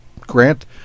Grant